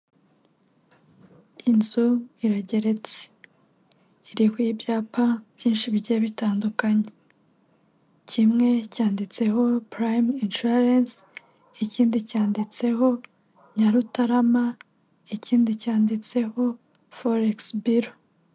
Inzu irageretse iriho ibyapa byinshi bigiye bitandukanye kimwe cyanditseho purayimu inshuwarensi, ikindi cyanditseho Nyarutarama, ikindi cyanditseho forekisi biro.